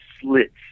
slits